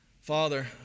Father